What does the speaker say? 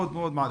מאוד מעריך.